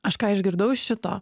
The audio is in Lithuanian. aš ką išgirdau iš šito